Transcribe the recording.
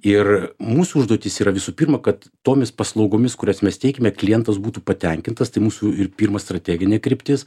ir mūsų užduotis yra visų pirma kad tomis paslaugomis kurias mes teikiame klientas būtų patenkintas tai mūsų ir pirma strateginė kryptis